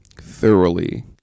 thoroughly